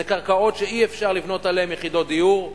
זה קרקעות שאי-אפשר לבנות עליהן יחידות דיור.